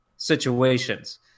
situations